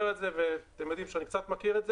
את זה ואתם יודעים שאני קצת מכיר את זה,